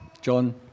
John